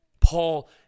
Paul